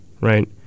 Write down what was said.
right